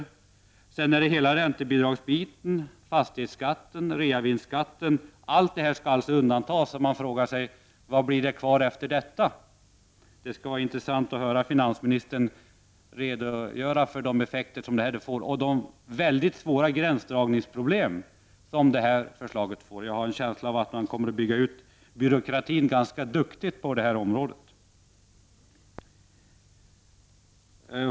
Och sedan är det hela räntebidragsbiten, fastighetsskatten och reavinstskatten. Allt detta skall alltså undantas. Man frågar sig: Vad blir det kvar? Det skulle vara intressant att höra finansministern redogöra för de effekter som detta får — och de väldigt svåra gränsdragningsproblem som förslaget medför. Jag har en känsla av att man kommer att bygga ut byråkratin ganska duktigt på det här området.